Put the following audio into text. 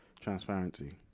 transparency